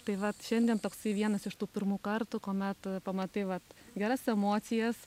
tai va šiandien toksai vienas iš tų pirmų kartų kuomet pamatai vat geras emocijas